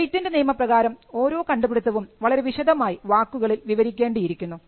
patent നിയമ പ്രകാരം ഓരോ കണ്ടുപിടുത്തവും വളരെ വിശദമായി വാക്കുകളിൽ വിവരിക്കേണ്ടിയിരിക്കുന്നു